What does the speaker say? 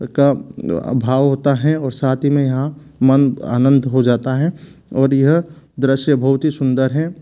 का भाव होता है और साथ ही में यहाँ मन आनंद हो जाता है और यह दृश्य बहुत ही सुंदर हैं